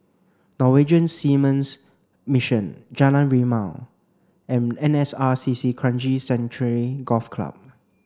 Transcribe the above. Norwegian Seamen's Mission Jalan Rimau and N S R C C Kranji Sanctuary Golf Club